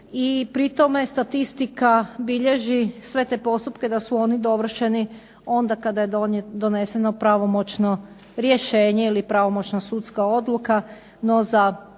i pri tome statistika bilježi sve te postupke da su oni dovršeni onda kada je doneseno pravomoćno rješenje ili pravomoćna sudska odluka.